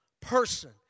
person